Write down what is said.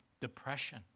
depression